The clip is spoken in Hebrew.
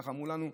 ככה אמרו לנו,